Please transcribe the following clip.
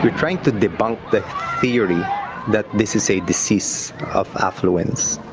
we're trying to debunk the theory that this is a disease of affluence,